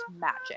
magic